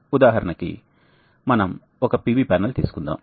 ఉదాహరణకి మనం ఒక PV ప్యానెల్ తీసుకుందాం